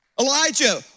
Elijah